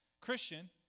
Christian